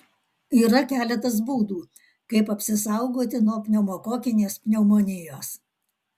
yra keletas būdų kaip apsisaugoti nuo pneumokokinės pneumonijos